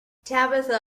tabitha